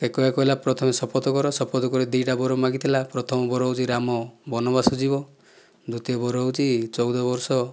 କୈକେୟୀ କହିଲା ପ୍ରଥମେ ଶପଥ କର ଶପଥ କରି ଦୁଇଟା ବର ମାଗିଥିଲା ପ୍ରଥମ ବର ହେଉଛି ରାମ ବନବାସ ଯିବ ଦ୍ୱିତୀୟ ବର ହେଉଛି ଚଉଦ ବର୍ଷ